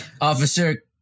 Officer